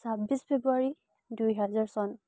চাব্বিছ ফেব্ৰুৱাৰী দুহাজাৰ চন